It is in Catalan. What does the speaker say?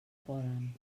poden